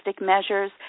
measures